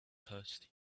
thirsty